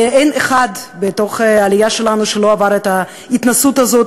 ואין אחד בעלייה שלנו שלא עבר את ההתנסות הזאת,